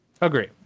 Agree